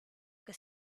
que